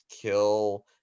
kill